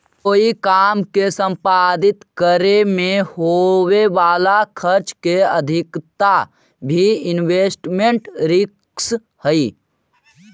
कोई काम के संपादित करे में होवे वाला खर्च के अधिकता भी इन्वेस्टमेंट रिस्क हई